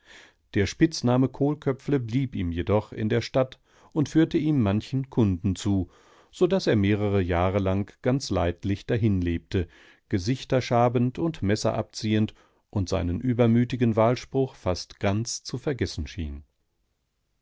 der spitzname kohlköpfle blieb ihm jedoch in der stadt und führte ihm manchen kunden zu so daß er mehrere jahre lang ganz leidlich dahin lebte gesichter schabend und messer abziehend und seinen übermütigen wahlspruch fast ganz zu vergessen schien